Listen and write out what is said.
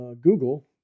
Google